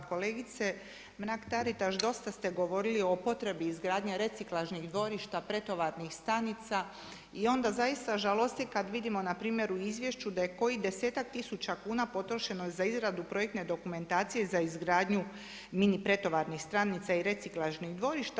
Pa kolegice Mrak-Taritaš, dosta ste govorili o potrebi izgradnje reciklažnih dvorišta, pretovarnih stanica i onda zaista žalosti kad vidimo npr. u izvješću da je kojih desetak tisuća kuna potrošeno za izradu projektne dokumentacije za izgradnju mini pretovarnih stanica i reciklažnih dvorišta.